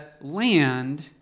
land